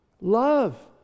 Love